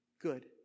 good